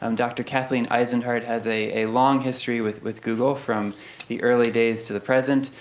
um dr. kathleen eisenhardt has a long history with with google, from the early days to the present.